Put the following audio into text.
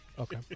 Okay